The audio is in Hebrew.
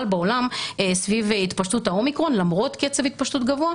בעולם סביב התפשטות האומיקרון למרות קצב התפשטות גבוה,